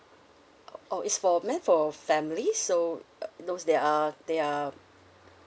oh is for meant for family so uh those there are there are